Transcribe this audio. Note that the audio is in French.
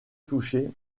touchées